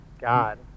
God